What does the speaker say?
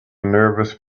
nervous